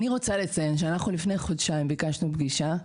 אני רוצה לציין שאנחנו לפני חודשיים ביקשנו פגישה,